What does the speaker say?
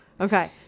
Okay